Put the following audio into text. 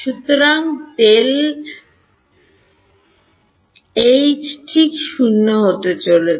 সুতরাং ঠিক 0 হতে চলেছে